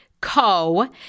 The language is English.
Co